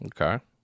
okay